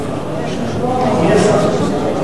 מי השר המשיב?